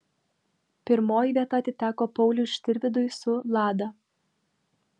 pirmoji vieta atiteko pauliui štirvydui su lada